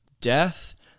Death